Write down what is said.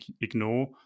ignore